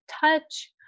touch